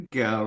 go